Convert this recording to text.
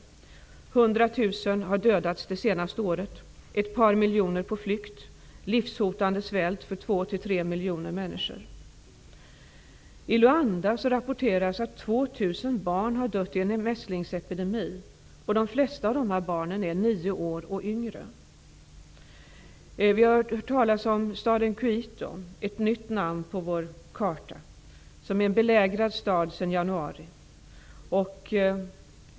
100 000 har dödats under det senaste året, ett par miljoner befinner sig på flykt och det råder livshotande svält för 2--3 miljoner människor. I Luanda rapporteras att 2 000 barn har dött i en mässlingsepidemi, och de flesta av de här barnen är nio år eller yngre. Vi har hört talas om staden Kuito -- ett nytt namn på vår karta -- som är en belägrad stad sedan januari.